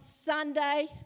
Sunday